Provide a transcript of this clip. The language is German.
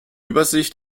übersicht